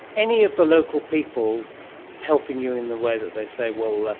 any of the local people helping you in the way that they say, well, like